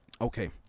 Okay